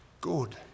good